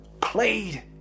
played